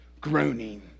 Groaning